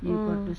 mm